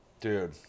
dude